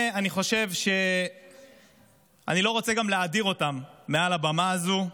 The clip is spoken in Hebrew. אני גם לא רוצה להאדיר אותן מעל הבמה הזאת,